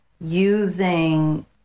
using